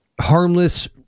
harmless